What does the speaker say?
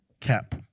cap